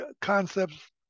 concepts